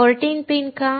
14 pin का